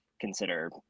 consider